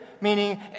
meaning